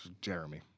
Jeremy